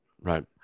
Right